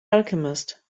alchemist